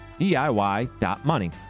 DIY.money